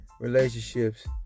relationships